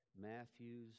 Matthew's